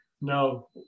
No